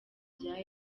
rya